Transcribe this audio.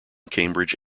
cambridge